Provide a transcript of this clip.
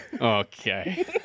Okay